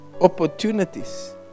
opportunities